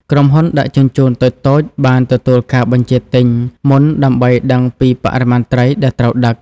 ក្រុមហ៊ុនដឹកជញ្ជូនតូចៗបានទទួលការបញ្ជាទិញមុនដើម្បីដឹងពី បរិមាណត្រី ដែលត្រូវដឹក។